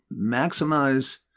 maximize